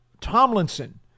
Tomlinson